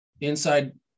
inside